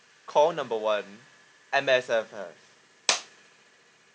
call number one M_S_F F